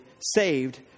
saved